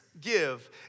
give